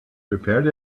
prepared